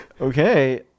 Okay